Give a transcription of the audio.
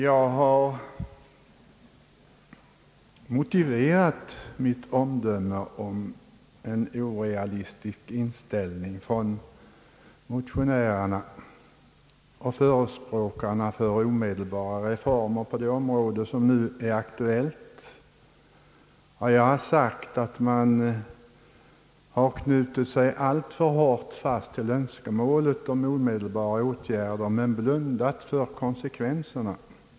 Jag har motiverat varför jag anser deras inställning vara orealistisk som talar för omedelbara reformer på det här området. Jag har sagt att de har knutit sig alltför hårt fast vid önskemålet om åtgärder men blundat för konsekvenserna.